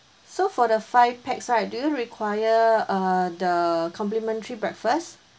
so for the five pax right do you require uh the complimentary breakfast